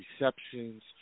receptions